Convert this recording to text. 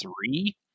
three